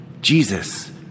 Jesus